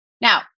Now